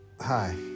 hi